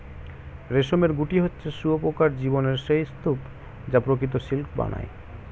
রেশমের গুটি হচ্ছে শুঁয়োপোকার জীবনের সেই স্তুপ যা প্রকৃত সিল্ক বানায়